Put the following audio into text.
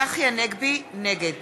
נגד